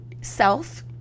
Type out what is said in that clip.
self